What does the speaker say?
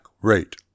rate